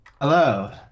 Hello